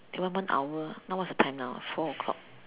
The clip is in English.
okay one more hour what's the time now ah four o'clock